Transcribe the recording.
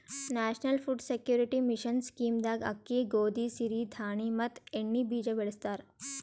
national food security mission scheme ದಾಗ ಅಕ್ಕಿ, ಗೋದಿ, ಸಿರಿ ಧಾಣಿ ಮತ್ ಎಣ್ಣಿ ಬೀಜ ಬೆಳಸ್ತರ